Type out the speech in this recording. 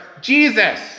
Jesus